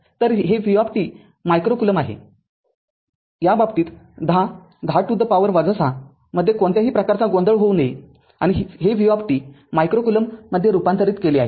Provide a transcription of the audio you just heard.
तर हे v micro coulomb आहेया बाबतीत १०१० to the power ६ मध्ये कोणत्याही प्रकारचा गोंधळ होऊ नये आणि हे v मायक्रो कुलोम्ब रूपांतरित केले आहे